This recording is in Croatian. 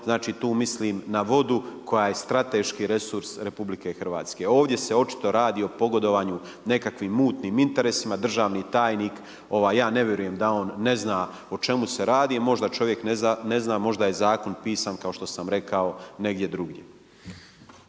tu mislim na vodu koja je strateški resurs RH. Ovdje se očito radi o pogodovanju nekakvim mutnim interesima, državni tajnik ja ne vjerujem da on ne zna o čemu se radi, možda čovjek ne zna, možda je zakon pisan kao što sam rekao negdje drugdje.